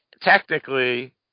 technically